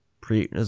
Pre